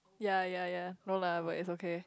ya ya ya no lah but it's okay